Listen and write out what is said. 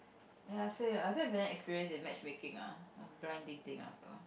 ya I say I think I don't have any experience in match making or blind dating ah so